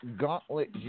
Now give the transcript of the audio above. gauntlet